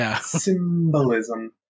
symbolism